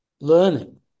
Learning